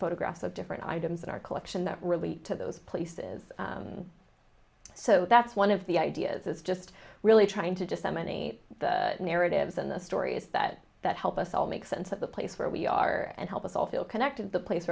photographs of different items in our collection that really to those places so that's one of the ideas is just really trying to disseminate the narratives and the stories that that help us all make sense of the place where we are and help us all feel connected to the place